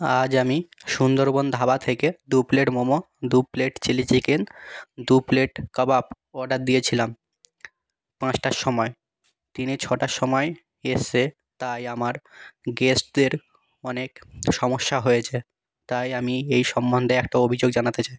আজ আমি সুন্দরবন ধাবা থেকে দু প্লেট মোমো দু প্লেট চিলি চিকেন দু প্লেট কাবাব অর্ডার দিয়েছিলাম পাঁচটার সময় তিনি ছটার সময় এসছে তাই আমার গেস্টদের অনেক সমস্যা হয়েছে তাই আমি এই সম্বন্ধে একটা অভিযোগ জানাতে চাই